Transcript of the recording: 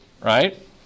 right